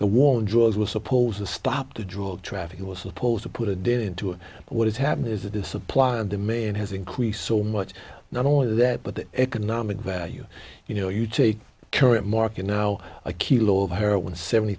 the war on drugs was supposed to stop the drug trafficking was supposed to put a dent into what is happening is that the supply and demand has increased so much not only that but the economic value you know you take current market now a kilo of heroin seventy